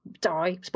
die